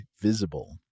Visible